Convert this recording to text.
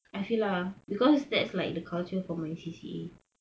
I feel lah because that's like the culture for my C_C_A